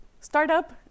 startup